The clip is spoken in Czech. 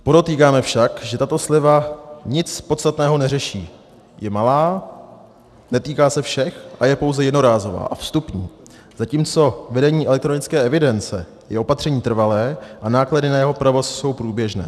Podotýkáme však, že tato sleva nic podstatného neřeší je malá, netýká se všech a je pouze jednorázová a vstupní, zatímco vedení elektronické evidence je opatření trvalé a náklady na jeho provoz jsou průběžné.